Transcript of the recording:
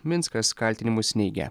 minskas kaltinimus neigia